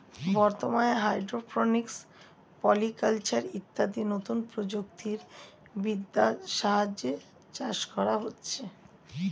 বর্তমানে hydroponics, polyculture ইত্যাদি নতুন প্রযুক্তি বিদ্যার সাহায্যে চাষ করা হচ্ছে